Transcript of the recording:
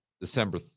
December